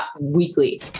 weekly